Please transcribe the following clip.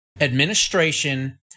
administration